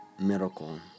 Miracle